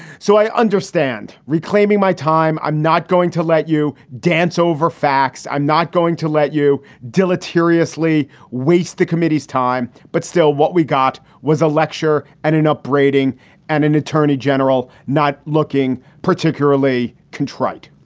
so i understand reclaiming my time. i'm not going to let you dance over facts. i'm not going to let you deleteriously waste the committee's time. but still, what we got was a lecture and an upbraiding and an attorney general not looking particularly contrite.